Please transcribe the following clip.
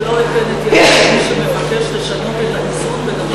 שלא אתן את ידי למי שמבקש לשנות את האיזון.